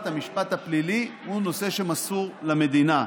המשפט הפלילי הוא נושא שמסור למדינה,